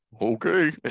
Okay